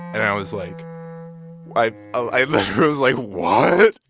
and i was like i i literally was like, what?